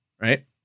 right